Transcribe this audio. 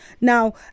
Now